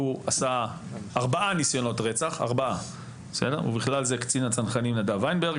והוא עשה ארבעה ניסיונות רצח ובכלל זה קצין הצנחנים נדב ויינברג.